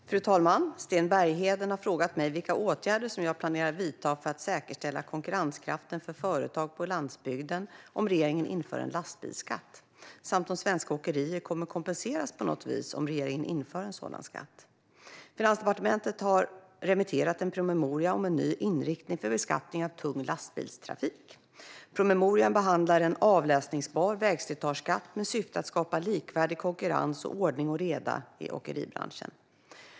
Svar på interpellationer Fru talman! Sten Bergheden har frågat mig vilka åtgärder som jag planerar att vidta för att säkerställa konkurrenskraften för företag på landsbygden om regeringen inför en lastbilsskatt, samt om svenska åkerier kommer att kompenseras på något vis om regeringen inför en sådan skatt. Finansdepartementet har remitterat en promemoria om en ny inriktning för beskattning av tung lastbilstrafik. Promemorian behandlar en avläsbar vägslitageskatt med syfte att skapa likvärdig konkurrens och ordning och reda i åkeribranschen.